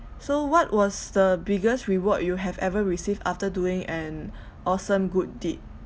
so what was the biggest reward you have ever received after doing an awesome good deed